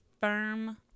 firm